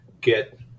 get